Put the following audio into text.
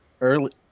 early